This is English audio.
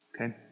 okay